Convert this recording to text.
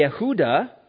Yehuda